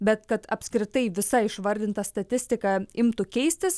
bet kad apskritai visa išvardinta statistika imtų keistis